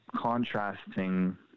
contrasting